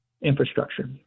infrastructure